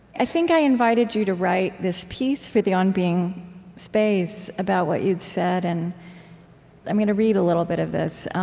i think i invited you to write this piece for the on being space about what you'd said. and i'm gonna read a little bit of this.